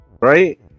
right